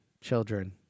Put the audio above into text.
children